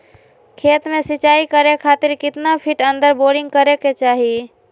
खेत में सिंचाई करे खातिर कितना फिट अंदर बोरिंग करे के चाही?